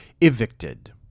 evicted